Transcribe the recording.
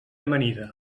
amanida